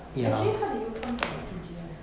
actually how did you come to C_G [one] ah